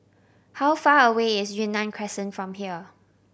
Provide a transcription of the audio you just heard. how far away is Yunnan Crescent from here